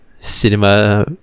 cinema